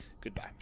Goodbye